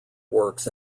works